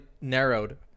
narrowed